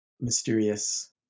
mysterious